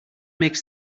makes